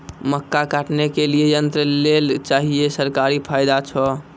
मक्का काटने के लिए यंत्र लेल चाहिए सरकारी फायदा छ?